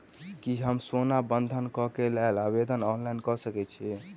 की हम सोना बंधन कऽ लेल आवेदन ऑनलाइन कऽ सकै छी?